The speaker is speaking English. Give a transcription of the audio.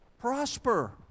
Prosper